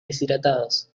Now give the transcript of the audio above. deshidratados